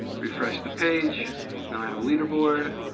refresh the page. now i have a leaderboard.